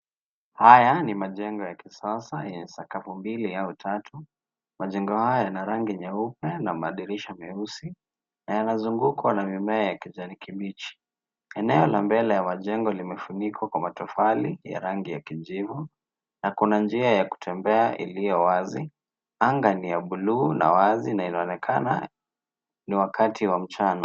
Haya ni majengo ya kisasa yenye sakafu mbili au tatu. Majengo haya yana rangi nyeupe na madirisha meusi na yanazungukwa na mimea ya kijani kibichi. Eneo la mbele la majengo limefunikwa kwa matofari ya rangi ya kijivu na kuna njia ya kutembea iliyo wazi. Anga ni ya buluu na wazi na inaonekana ni wakati wa mchana.